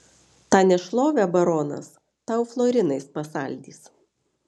tą nešlovę baronas tau florinais pasaldys